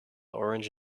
orange